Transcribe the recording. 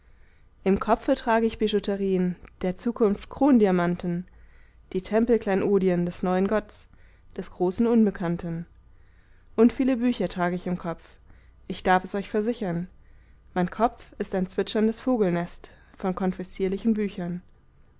im kopfe trage ich bijouterien der zukunft krondiamanten die tempelkleinodien des neuen gotts des großen unbekannten und viele bücher trag ich im kopf ich darf es euch versichern mein kopf ist ein zwitscherndes vogelnest von konfiszierlichen büchern